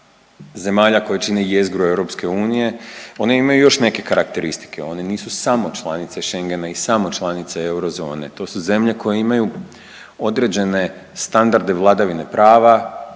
zemalja koje čine jezgru EU one imaju još neke karakteristike, one nisu samo članice Schengena i samo članice eurozone, to su zemlje koje imaju određene standarde vladavine prava,